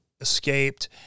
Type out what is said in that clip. escaped